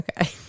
Okay